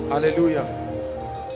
hallelujah